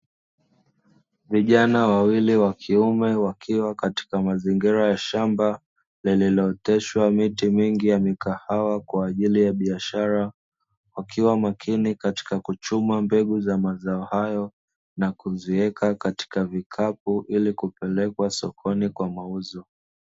Vijana wawili wa kiume wakiwa katika mazingira ya shamba lililo oteshwa miti mingi ya mikahawa kwa ajili ya biashara, wakiwa makini katika kuchuma mbegu za mazao hayo na kuziweka katika vikapu ili kuzipelekwa sokoni kwa mauzo.